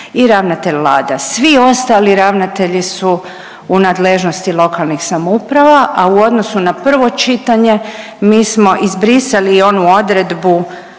i ravnatelja LADO-a. Svi ostali ravnatelji su u nadležnosti lokalnih samouprava, a u odnosu na prvo čitanje, mi smo izbrisali i onu odredbu